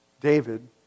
David